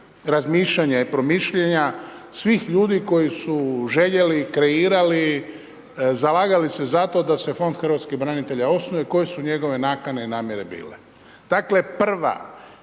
razmišljanje promišljanja svih ljudi koji su željeli, kreirali, zalagali se za to da se Fond hrvatskih branitelja osnuje, koje su njegove nakane i namjere bile. Dakle prva